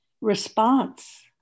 response